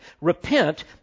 Repent